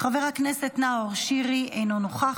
חבר הכנסת נאור שירי, אינו נוכח,